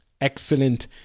Excellent